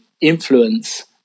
influence